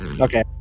Okay